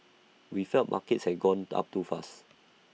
we felt markets had gone up too fast